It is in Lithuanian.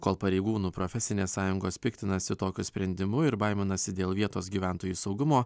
kol pareigūnų profesinės sąjungos piktinasi tokiu sprendimu ir baiminasi dėl vietos gyventojų saugumo